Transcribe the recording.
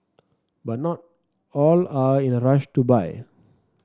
but not all are in a rush to buy